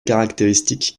caractéristiques